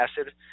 acid